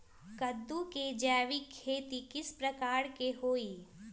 कददु के जैविक खेती किस प्रकार से होई?